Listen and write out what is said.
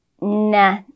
nah